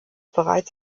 bereits